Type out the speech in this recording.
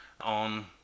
on